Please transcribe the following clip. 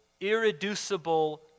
irreducible